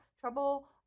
trouble